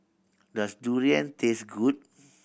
does durian taste good